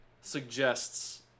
suggests